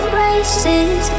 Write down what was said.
races